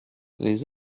les